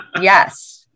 yes